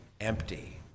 empty